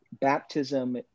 baptism